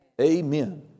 Amen